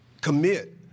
commit